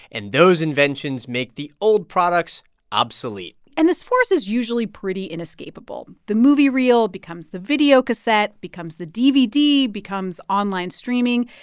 and those inventions make the old products obsolete and this force is usually pretty inescapable. the movie reel becomes the videocassette becomes the dvd becomes online streaming.